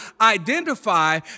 identify